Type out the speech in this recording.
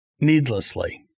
needlessly